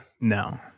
No